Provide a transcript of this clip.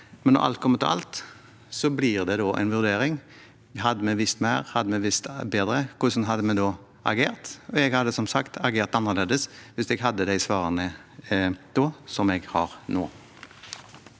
Men når alt kommer til alt, blir det en vurdering: Hadde vi visst mer, hadde vi visst bedre, hvordan ville vi da ha agert? Jeg hadde som sagt agert annerledes hvis jeg da hadde de svarene som jeg har nå.